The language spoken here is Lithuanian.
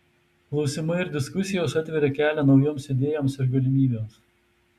klausimai ir diskusijos atveria kelią naujoms idėjoms ir galimybėms